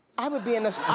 i would be in this